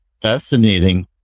fascinating